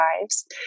lives